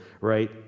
right